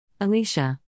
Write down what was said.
Alicia